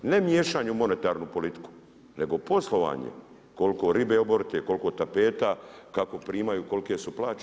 Ne miješanje u monetarnu politiku, nego poslovanje, koliko ribe oborite, koliko tapeta, kako primaju, kolike su plaće.